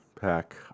pack